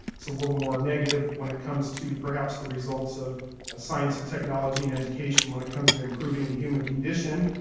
it's a little more negative when it comes to perhaps the results of science and technology and education when it comes to improving the human condition,